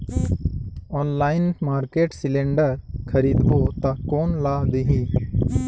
Online market cylinder खरीदबो ता कोन ला देही?